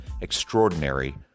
extraordinary